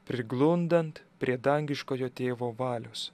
priglundant prie dangiškojo tėvo valios